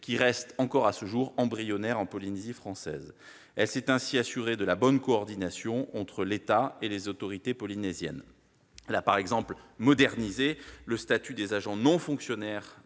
qui reste embryonnaire en Polynésie française. Elle s'est aussi assurée de la bonne coordination entre l'État et les autorités polynésiennes. Elle a par exemple modernisé le statut des agents non fonctionnaires